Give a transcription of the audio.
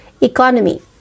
economy